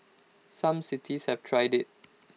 some cities have tried IT